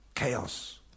chaos